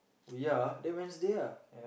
ya then Wednesday ah